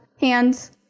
hands